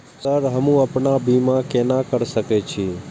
Sir हमू अपना बीमा केना कर सके छी?